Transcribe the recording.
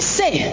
say